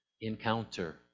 encounter